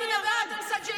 ומדברת על בניינים.